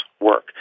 work